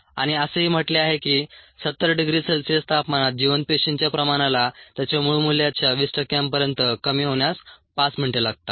आणि असेही म्हटले आहे की 70० डिग्री सेल्सिअस तापमानात जिवंत पेशींच्या प्रमाणाला त्याच्या मूळ मूल्याच्या 20 टक्क्यांपर्यंत कमी होण्यास 5 मिनिटे लागतात